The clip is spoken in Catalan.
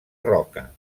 roca